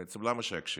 בעצם, למה שיקשיבו?